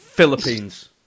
Philippines